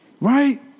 right